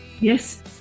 Yes